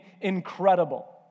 incredible